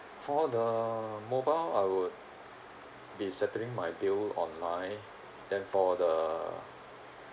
for the mobile I would be settling my bill online then for the